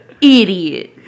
idiot